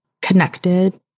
connected